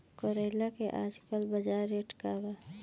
करेला के आजकल बजार रेट का बा?